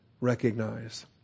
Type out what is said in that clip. recognize